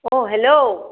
অ' hello